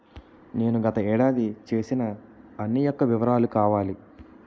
నేను గత ఏడాది చేసిన అన్ని యెక్క వివరాలు కావాలి?